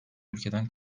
ülkeden